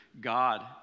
God